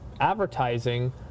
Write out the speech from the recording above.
advertising